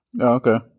Okay